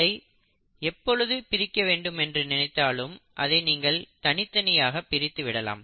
அதை எப்பொழுது பிரிக்க வேண்டும் என்று நினைத்தாலும் அதை நீங்கள் தனித்தனியாக பிரித்துவிடலாம்